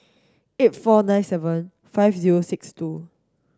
eight four nine seven five zero six two